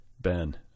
Ben